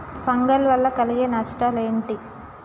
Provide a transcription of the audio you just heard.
Fungal వల్ల కలిగే నష్టలేంటి?